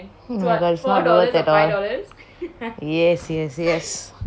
oh my god it's not worth at all yes yes yes